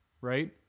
right